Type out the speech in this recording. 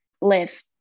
live